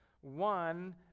one